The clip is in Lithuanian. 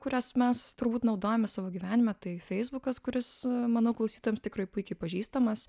kurias mes turbūt naudojame savo gyvenime tai feisbukas kuris mano klausytojams tikrai puikiai pažįstamas